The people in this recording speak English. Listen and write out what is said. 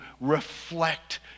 reflect